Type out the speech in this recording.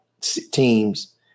teams